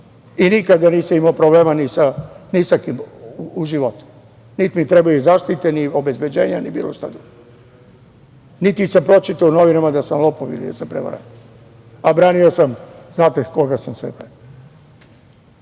i nikada nisam imao problema ni sa kim u životu, niti mi trebaju zaštite, ni obezbeđenja, ni bilo šta drugo, niti sam pročitao u novinama da sam lopov ili da sam prevarant, a branio sam, znate koga sam sve